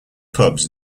pubs